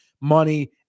money